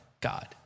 God